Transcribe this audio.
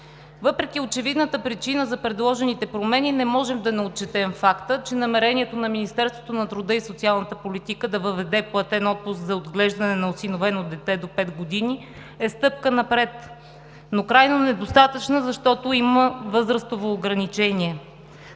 Въпреки очевидната причина за предложените промени не можем да не отчетем факта, че намерението на Министерството на труда и социалната политика да въведе платен отпуск за отглеждане на осиновено дете до 5 години е стъпка напред, но крайно недостатъчна, защото има възрастово ограничение